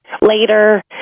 later